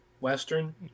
Western